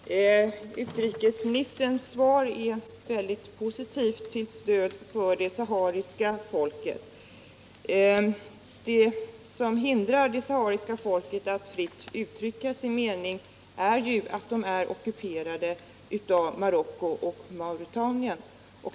Herr talman! Utrikesministerns svar till stöd för det sahariska folket är mycket positivt. Det som hindrar det sahariska folket från att fritt uttrycka sin mening är ju att landet är ockuperat av Marocko och Mauretanien.